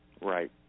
Right